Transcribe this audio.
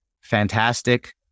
fantastic